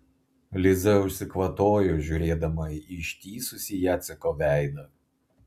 liza užsikvatojo žiūrėdama į ištįsusį jaceko veidą